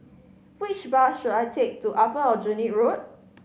which bus should I take to Upper Aljunied Road